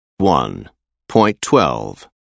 1.12